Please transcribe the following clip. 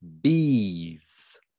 bees